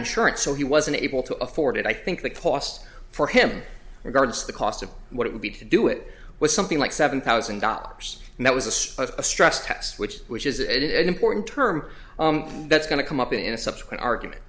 insurance so he wasn't able to afford it i think the cost for him regards the cost of what it would be to do it with something like seven thousand dollars and that was a spur of a stress test which which is it is an important term that's going to come up in a subsequent argument